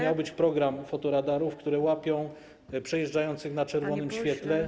miał być program fotoradarów, które łapią przejeżdżających na czerwonym świetle.